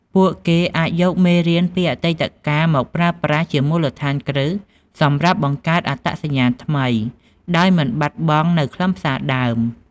ពួកគេអាចយកមេរៀនពីអតីតកាលមកប្រើប្រាស់ជាមូលដ្ឋានគ្រឹះសម្រាប់បង្កើតអត្តសញ្ញាណថ្មី ដោយមិនបាត់បង់នូវខ្លឹមសារដើម។